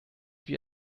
wie